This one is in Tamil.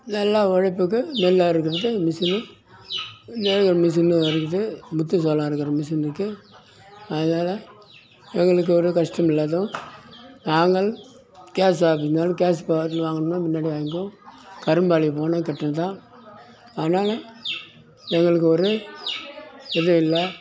நல்லா உழைப்புக்கு நெல் அறுக்கறதுக்கு மிஷினும் நிறையா மிஷினும் அறுக்குது முத்துசோளம் அறுக்கிற மிஷின் இருக்கு அதனால எங்களுக்கு ஒரு கஷ்டம் இல்லாதும் நாங்கள் கேஸ் ஆஃபீஸ் இருந்தாலும் கேஸ் பொருள் வாங்கணுனா முன்னாடியே வாங்கிக்குவோம் கரும்பாலை போனா அதனால எங்களுக்கு ஒரு இது இல்லை